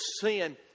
sin